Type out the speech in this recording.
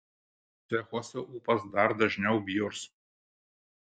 cechuose ūpas dar dažniau bjurs